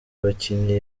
abakinnyi